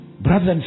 Brothers